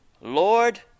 Lord